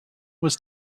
was